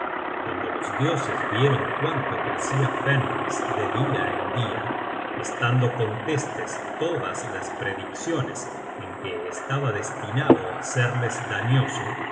cuando los dioses vieron cuánto crecia fenris de dia en dia estando contestes todas las predicciones en que estaba destinado á serles dañoso